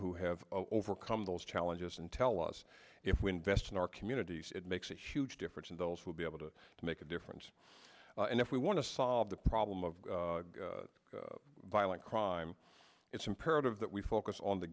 who have overcome those challenges and tell us if we invest in our communities it makes a huge difference and those will be able to make a difference and if we want to solve the problem of violent crime it's imperative that we focus on the